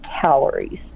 calories